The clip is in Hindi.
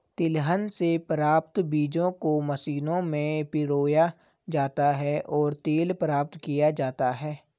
तिलहन से प्राप्त बीजों को मशीनों में पिरोया जाता है और तेल प्राप्त किया जाता है